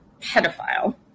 pedophile